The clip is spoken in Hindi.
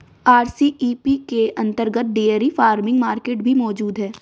आर.सी.ई.पी के अंतर्गत डेयरी फार्मिंग मार्केट भी मौजूद है